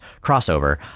crossover